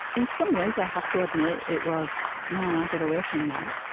in some ways, i have to admit, it was wow, and i got away from that.